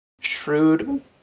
Shrewd